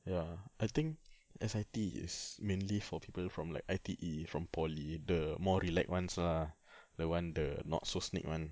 ya I think S_I_T is mainly for people from like I_T_E from poly the more rilek ones lah the [one] the not so snake [one]